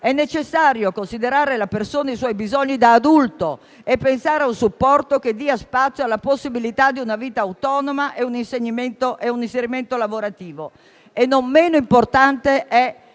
È necessario considerare la persona e i suoi bisogni da adulto e pensare a un supporto che dia spazio alla possibilità di una vita autonoma e a un inserimento lavorativo. Non meno importante è